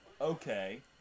Okay